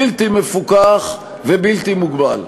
בלתי מפוקח ובלתי מוגבל.